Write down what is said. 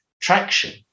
traction